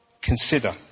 Consider